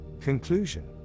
Conclusion